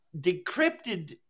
decrypted